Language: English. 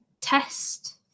test